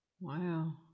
Wow